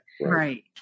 Right